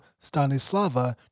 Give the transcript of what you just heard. Stanislava